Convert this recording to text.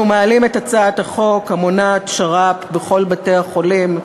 אנחנו מעלים את הצעת החוק המונעת שר"פ בכל בתי-החולים.